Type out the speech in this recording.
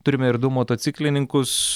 turime ir du motociklininkus